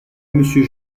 monsieur